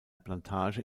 plantage